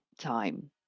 time